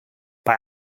bei